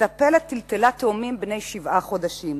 מטפלת טלטלה תאומים בני שבעה חודשים.